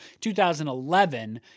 2011